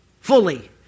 fully